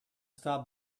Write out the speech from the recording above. stop